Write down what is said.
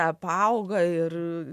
apauga ir